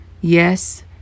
yes